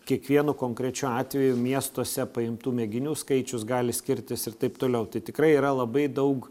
kiekvienu konkrečiu atveju miestuose paimtų mėginių skaičius gali skirtis ir taip toliau tai tikrai yra labai daug